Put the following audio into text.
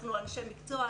אנחנו אנשי מקצוע,